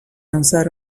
lanzar